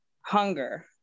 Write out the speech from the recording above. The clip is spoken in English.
hunger